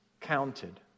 counted